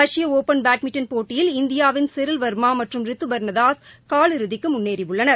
ரஷ்பா open badminton போட்டியில் இந்தியாவின் சிரில் வர்மா மற்றும் ரித்து பர்னதாஸ் காலிறுதிக்கு முன்னேறியுள்ளனர்